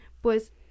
Pues